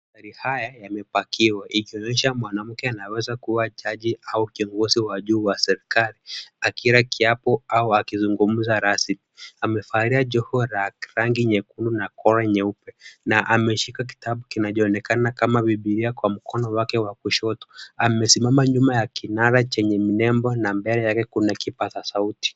Magari haya hamepakiwa ikionyesha mwanamke anaweza kua taji au kiongozi wa juu wa serikali akila kiapo au kuzungumza rasmi. Amevalia joho la rangi nyekundu na kola nyeupe na ameshika kitabu kinachoonekana kama Bibilia kwa mkono wake wa kushoto. Amesimama nyuma ya kinara chenye minembo na mbele kuna kipaza sauti.